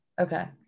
Okay